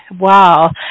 Wow